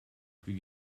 plus